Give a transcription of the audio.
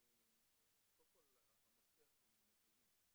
קודם כול המפתח הוא נתונים,